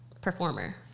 performer